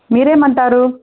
మీరు ఏమంటారు